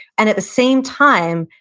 and at the same time,